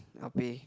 I'll pay